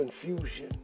confusion